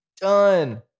Done